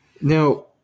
Now